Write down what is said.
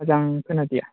मोजांयै खोनादिया